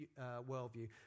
worldview